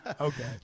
Okay